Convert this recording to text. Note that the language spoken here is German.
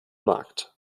markt